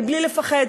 בלי לפחד.